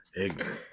Ignorant